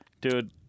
Dude